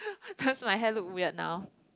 does my hair look weird now